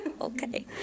Okay